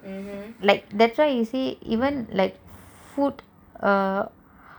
ya that's why you see food